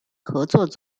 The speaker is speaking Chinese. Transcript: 合作